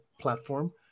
platform